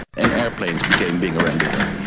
and aeroplanes became bigger and bigger.